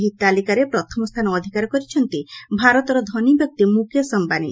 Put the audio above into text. ଏହି ତାଲିକାରେ ପ୍ରଥମ ସ୍ଚାନ ଅଧ୍କାର କରିଛନ୍ତି ଭାରତର ଧନୀ ବ୍ୟକ୍ତି ମୁକେଶ ଅୟାନୀ